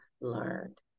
learned